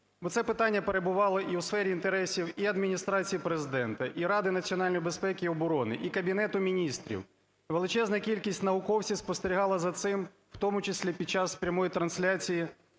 Бо це питання перебувало і в сфері інтересів і Адміністрації Президента, і Ради національної безпеки і оборони, і Кабінету Міністрів, величезна кількість науковців спостерігала за цим, в тому числі під час прямої трансляції